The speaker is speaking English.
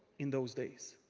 in those days.